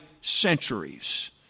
centuries